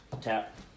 tap